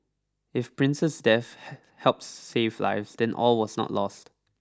if prince's death hell helps save lives then all was not lost